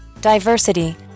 Diversity